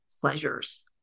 pleasures